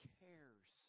cares